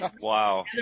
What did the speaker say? Wow